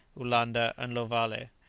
ulanda, and lovale,